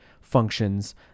functions